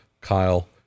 Kyle